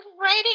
writing